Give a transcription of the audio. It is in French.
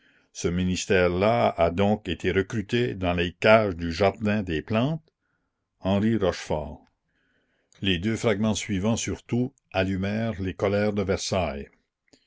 ce ministère là a donc été recruté dans les cages du jardin des plantes henri rochefort les deux fragments suivants surtout allumèrent les colères de versailles